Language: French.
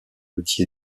outil